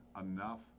enough